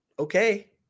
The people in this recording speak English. Okay